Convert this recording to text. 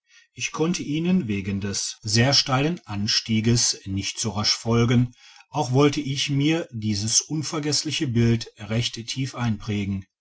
ich konnte ihnen wegen des digitized by google sehr steilen anstieges nicht so rasch folgen auch wollte ich mir dieses unvergessliche bild recht tief einprägen